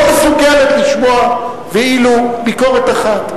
לא מסוגלת לשמוע ולו ביקורת אחת.